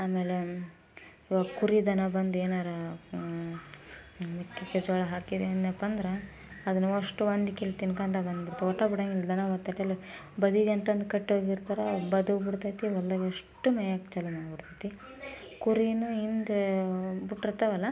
ಆಮೇಲೆ ಇವಾಗ ಕುರಿ ದನ ಬಂದು ಏನಾರ ಮೆಕ್ಕೆ ಜೋಳ ಹಾಕಿದೇನಪ್ಪ ಅಂದ್ರೆ ಅದನ್ನ ಅಷ್ಟು ಒಂದು ಕಿಲ್ ತಿಂದ್ಕೊಳ್ತಾ ಬಂದ್ಬಿಡ್ತಾವ ಒಟ್ಟ ಬಿಡೋಂಗಿಲ್ಲ ದನ ವತ್ತಾಟಲಿ ಬದಿಗೆ ಅಂತಂದು ಕಟ್ಟೋಗಿರ್ತಾರ ಬದೋಗ್ಬಿಡ್ತೈತಿ ಹೊಲದಾಗ ಎಷ್ಟು ಮೇಯೋಕೆ ಜಾಗ ಬಂದು ಬಿಡತೈತೆ ಕುರಿನ ಹಿಂಡು ಬಿಟ್ಟಿರ್ತಾವಲ್ಲ